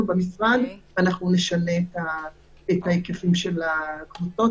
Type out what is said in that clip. במשרד ונשנה את ההיקפים של הקבוצות.